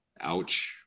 ouch